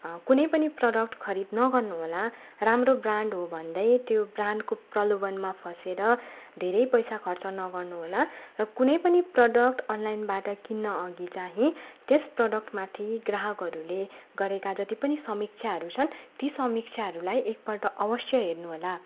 कुनै पनि प्रडक्ट खरिद नगर्नुहोला राम्रो ब्रान्ड हो भन्दै त्यो ब्रान्डको प्रलोभनमा फँसेर धेरै पैसा खर्च नगर्नुहोला र कुनै पनि प्रडक्ट अनलाइनबाट किन्नअघि चाहिँ त्यस प्रडक्टमाथि ग्राहकहरूले गरेका जति पनि समीक्षाहरू छन् ती समीक्षाहरूलाई एकपल्ट अवश्य हेर्नुहोला